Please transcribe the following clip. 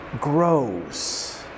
grows